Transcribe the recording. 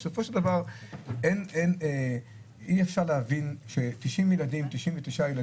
בסופו של דבר אי-אפשר להבין ש-99 ילדים